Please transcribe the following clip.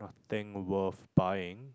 thing worth buying